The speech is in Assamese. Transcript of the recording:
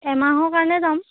এমাহৰ কাৰণেই যাম